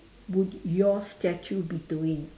would your statue be doing